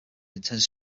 intends